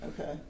Okay